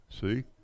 see